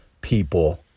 people